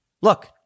look